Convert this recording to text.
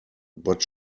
but